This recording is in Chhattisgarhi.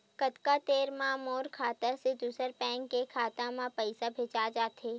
कतका देर मा मोर खाता से दूसरा बैंक के खाता मा पईसा भेजा जाथे?